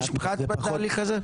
יש פחת בתהליך הזה?